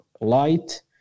light